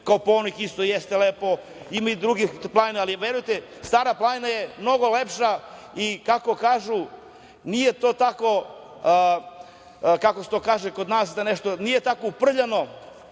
Kopaonik isto jeste lep, ima i drugih planina. Verujte Stara planina je mnogo lepša, i kako kažu nije to tako, kako se to kaže kod nas, nije tako uprljano,